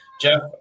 Jeff